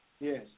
Yes